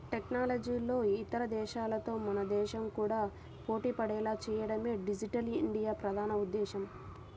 టెక్నాలజీలో ఇతర దేశాలతో మన దేశం కూడా పోటీపడేలా చేయడమే డిజిటల్ ఇండియా ప్రధాన ఉద్దేశ్యం